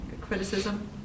criticism